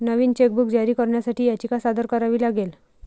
नवीन chequebook जारी करण्यासाठी याचिका सादर करावी लागेल